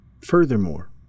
Furthermore